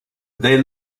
they